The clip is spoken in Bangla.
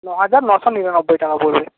ন হাজার নশো নিরানব্বই হাজার টাকা পড়বে